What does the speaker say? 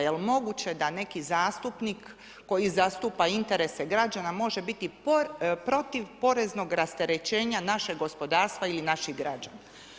Je li moguće da neki zastupnik koji zastupa interese građana može biti protiv poreznog rasterećenja našeg gospodarstva ili naših građana.